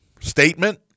statement